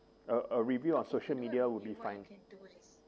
a a review on social media would be fine